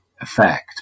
effect